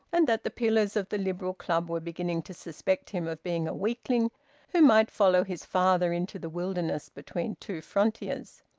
and that the pillars of the liberal club were beginning to suspect him of being a weakling who might follow his father into the wilderness between two frontiers.